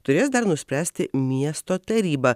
turės dar nuspręsti miesto taryba